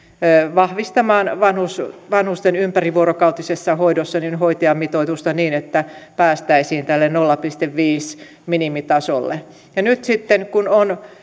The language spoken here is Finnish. vahvistamaan vanhusten ympärivuorokautisessa hoidossa hoitajamitoitusta niin että päästäisiin tälle nolla pilkku viiden minimitasolle nyt sitten kun on